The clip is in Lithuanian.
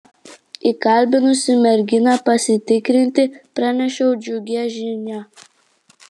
įkalbinusi merginą pasitikrinti pranešiau džiugią žinią